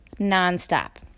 non-stop